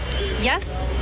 Yes